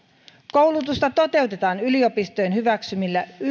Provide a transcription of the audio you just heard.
koulutusta toteutetaan yliopistojen hyväksymillä